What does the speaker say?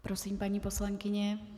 Prosím, paní poslankyně.